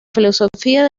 filosofía